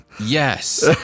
Yes